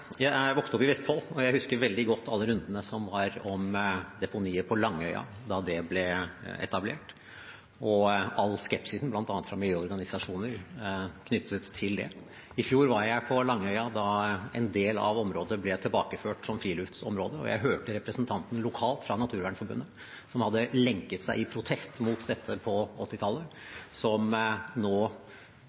ble etablert, og all skepsisen, bl.a. fra miljøorganisasjoner, knyttet til det. I fjor var jeg på Langøya da en del av området ble tilbakeført som friluftsområde. Jeg hørte den lokale representanten fra Naturvernforbundet, som hadde lenket seg i protest mot dette på 1980-tallet, som nå